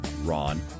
Ron